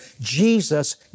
Jesus